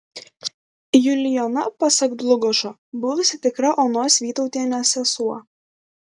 julijona pasak dlugošo buvusi tikra onos vytautienės sesuo